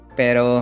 pero